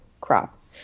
crop